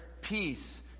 peace